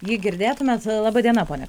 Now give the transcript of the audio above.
jį girdėtumėt laba diena pone